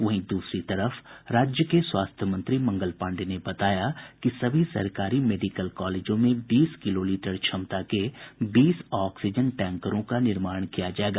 वहीं दूसरी तरफ राज्य के स्वास्थ्य मंत्री मंगल पांडेय ने बताया कि सभी सरकारी मेडिकल कॉलेजों में बीस किलोलीटर क्षमता के बीस ऑक्सीजन टैंकरों का निर्माण किया जाएगा